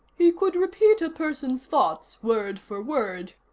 he could repeat a person's thoughts word for word,